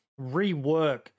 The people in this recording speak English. rework